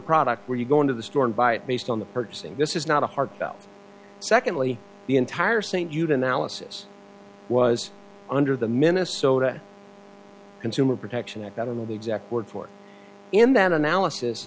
product where you go into the store and buy it based on the purchasing this is not a heartfelt secondly the entire st jude analysis was under the minnesota consumer protection act out of the exact word for in that analysis